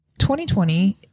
2020